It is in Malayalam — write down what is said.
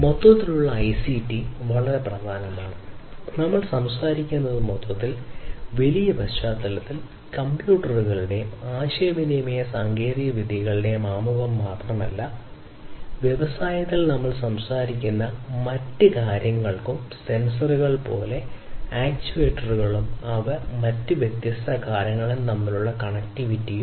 മൊത്തത്തിലുള്ള ഐസിടി വളരെ പ്രധാനമാണ് നമ്മൾ സംസാരിക്കുന്നത് മൊത്തത്തിൽ വലിയ പശ്ചാത്തലത്തിൽ കമ്പ്യൂട്ടറുകളുടെയും ആശയവിനിമയ സാങ്കേതികവിദ്യകളുടെയും ആമുഖം മാത്രമല്ല വ്യവസായത്തിൽ നമ്മൾ സംസാരിക്കുന്ന വ്യത്യസ്തമായ മറ്റ് കാര്യങ്ങളും സെൻസറുകൾ പോലെ ആക്റ്റേറ്ററുകളും അവയും മറ്റ് വ്യത്യസ്ത കാര്യങ്ങളും തമ്മിലുള്ള കണക്റ്റിവിറ്റിയും